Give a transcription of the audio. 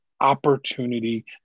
opportunity